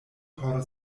por